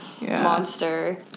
monster